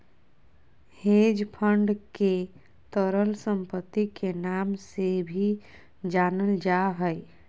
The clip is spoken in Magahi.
हेज फंड के तरल सम्पत्ति के नाम से भी जानल जा हय